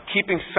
keeping